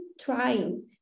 trying